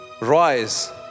rise